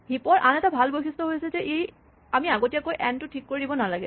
heap ৰ আন এটা ভাল বৈশিষ্ট হৈছে যে আমি আগতীয়াকৈ এন টো ঠিক কৰি দিব নালাগে